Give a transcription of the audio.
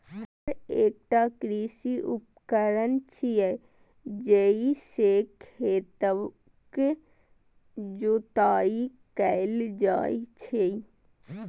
हर एकटा कृषि उपकरण छियै, जइ से खेतक जोताइ कैल जाइ छै